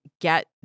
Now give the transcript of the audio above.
get